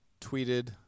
tweeted